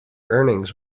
earnings